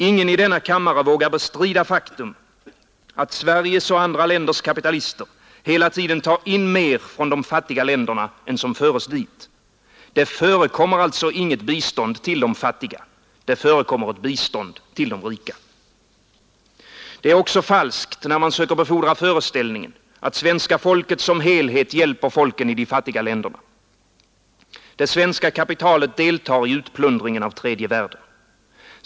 Ingen i denna kammare vågar bestrida faktum att Sveriges och andra länders kapitalister hela tiden tar in mer från de fattiga länderna än som föres dit. Det förekommer alltså inget bistånd till de fattiga. Det förekommer ett bistånd till de rika. Det är också falskt när man söker befordra föreställningen att svenska folket som helhet hjälper folken i de fattiga länderna. Det svenska kapitalet deltar i utplundringen av tredje världen.